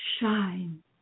shine